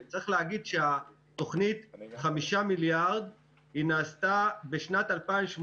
צריך להגיד שתוכנית 5 מיליארד נעשתה בשנת 2018,